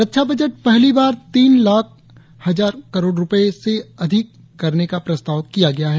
रक्षा budget पहली बार तीन लाख करोड़ रुपये से अधिक करने का प्रस्ताव किया गया है